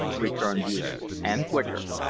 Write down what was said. returned yoosoof, and quicker.